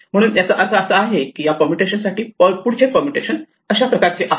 म्हणून याचा अर्थ असा आहे की या परमुटेशन साठी पुढचे परमुटेशन अशाप्रकारे आहे